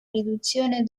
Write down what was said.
riduzione